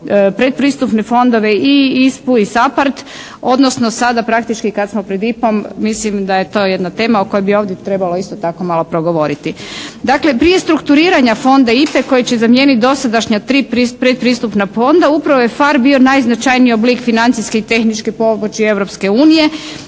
predpristupne fondove, i ISPA-u i SAPARD odnosno sada praktički kad smo pred IPA-om mislim da je to jedna tema o kojoj bi ovdje trebalo isto tako malo progovoriti. Dakle, prije strukturiranja fonda IPA-e koji će zamijeniti dosadašnja tri predpristupna fonda upravo je PHARE bio najznačajniji oblik financijske i tehničke pomoći